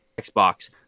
xbox